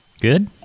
Good